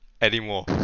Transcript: anymore